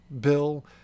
bill